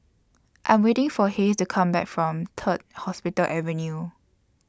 I Am waiting For Hays to Come Back from Third Hospital Avenue